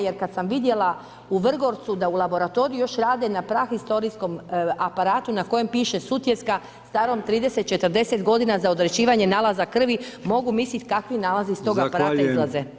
Jer kad sam vidjela u Vrgorcu da u laboratoriju još rade na prahistorijskom aparatu na kojem piše Sutjeska, starom 30 40 godina, za odrađivanje nalaza krvi, mogu mislit kakvi nalazi iz tog aparata izlaze.